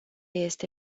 este